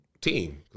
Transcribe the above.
team